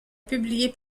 publié